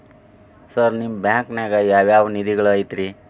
Sir ನಿಮ್ಮ ಬ್ಯಾಂಕನಾಗ ಯಾವ್ ಯಾವ ನಿಧಿಗಳು ಐತ್ರಿ?